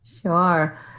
Sure